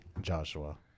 Joshua